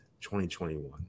2021